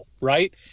right